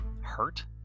hurt